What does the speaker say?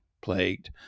plagued